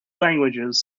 languages